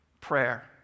Prayer